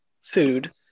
food